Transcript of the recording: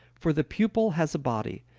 for the pupil has a body,